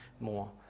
more